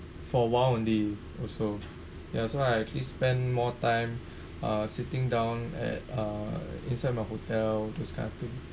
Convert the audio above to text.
for awhile only also ya so I actually spend more time uh sitting down at uh inside my hotel this kind of thing